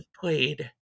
played